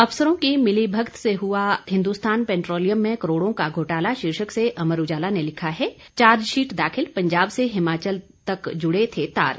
अफसरों की मिलीभगत से हुआ हिंदुस्तान पेट्रोलियम में करोड़ों का घोटाला शीर्षक से अमर उजाला ने लिखा है चार्जशीट दाखिल पंजाब से हिमाचल तक जुड़े थे तार